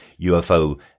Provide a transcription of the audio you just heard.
UFO